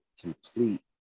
complete